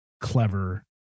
clever